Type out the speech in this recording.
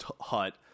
hut